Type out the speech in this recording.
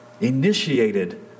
initiated